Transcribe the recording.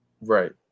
Right